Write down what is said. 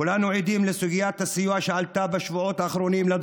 כולנו עדים לסוגית הסיוע לדרוזים בסוריה שעלתה בשבועות האחרונים.